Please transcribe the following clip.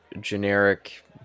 generic